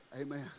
Amen